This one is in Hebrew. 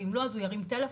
ואם לא אז הוא ירים טלפון,